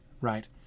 right